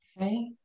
Okay